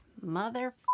mother